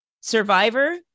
Survivor